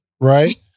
right